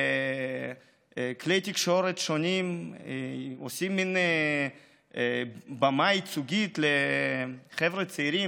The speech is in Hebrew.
בכלי תקשורת שונים עושים מין במה ייצוגית לחבר'ה צעירים,